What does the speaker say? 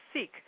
seek